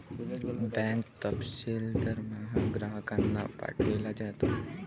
bank तपशील दरमहा ग्राहकांना पाठविला जातो